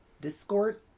Discord